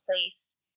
place